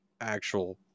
actual